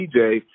DJ